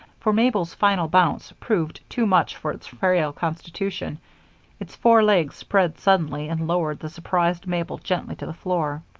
for mabel's final bounce proved too much for its frail constitution its four legs spread suddenly and lowered the surprised mabel gently to the floor.